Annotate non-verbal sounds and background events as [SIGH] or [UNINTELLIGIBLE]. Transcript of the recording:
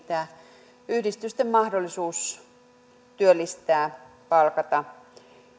[UNINTELLIGIBLE] tämä yhdistysten mahdollisuus työllistää ja palkata